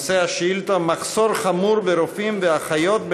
נושא השאילתה: מחסור חמור ברופאים ובאחיות בפגיות.